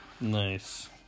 Nice